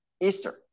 Easter